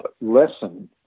lesson